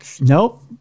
Nope